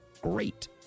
great